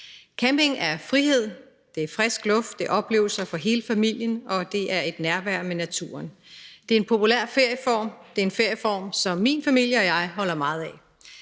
Camping er frihed, det er frisk luft, det er oplevelser for hele familien, og det er et nærvær med naturen. Det er en populær ferieform, og det er en ferieform, som min familie og jeg holder meget af.